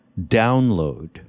download